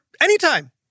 anytime